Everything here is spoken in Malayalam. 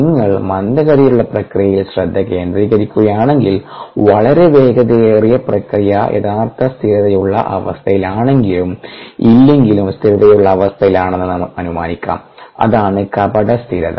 നിങ്ങൾ മന്ദഗതിയിലുള്ള പ്രക്രിയയിൽ ശ്രദ്ധ കേന്ദ്രീകരിക്കുകയാണെങ്കിൽ വളരെ വേഗതയേറിയ പ്രക്രിയ യഥാർത്ഥത്തിൽ സ്ഥിരതയുള്ള അവസ്ഥയിലാണെങ്കിലും ഇല്ലെങ്കിലും സ്ഥിരതയുള്ള അവസ്ഥയിലാണെന്ന് അനുമാനിക്കാം അതാണ് കപട സ്ഥിരത